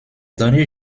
données